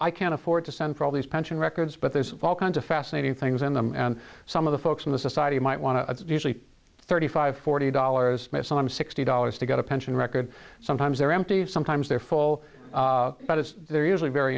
i can't afford to send for all these pension records but there's all kinds of fascinating things in them and some of the folks in the society might want to usually thirty five forty dollars buy some sixty dollars to get a pension record sometimes they're empty sometimes they're full but it's usually very